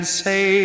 say